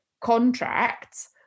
contracts